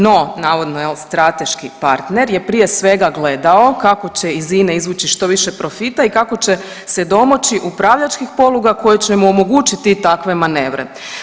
No, navodno jel strateški partner je prije svega gledao kako će iz INE izvući što više profita i kako će se domoći upravljačkih poluga koje će mu omogućiti i takve manevre.